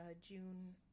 June